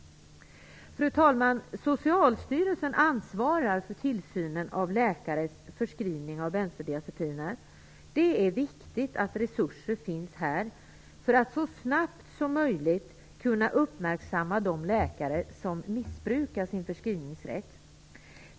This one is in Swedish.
Fru talman! Socialstyrelsen ansvarar för tillsynen av läkares förskrivning av bensodiazepiner. Det är viktigt att resurser finns för att så snabbt som möjligt kunna uppmärksamma de läkare som missbrukar sin förskrivningsrätt.